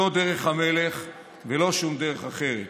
זאת דרך המלך, ולא שום דרך אחרת.